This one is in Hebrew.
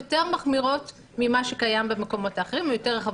מחמירות ממה שקיים במקומות אחרים ויותר רחב,